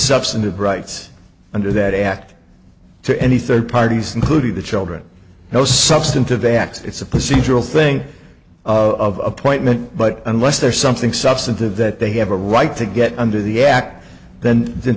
substantive rights under that act to any third parties including the children no substantive a act it's a procedural thing of appointment but unless there is something substantive that they have a right to get under the act then then